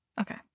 Okay